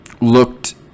looked